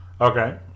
Okay